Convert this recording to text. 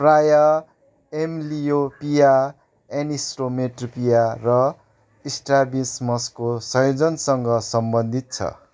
प्रायः amblyopia anisometropia र स्ट्र्याबिस्मसको संयोजनसँग सम्बन्धित छ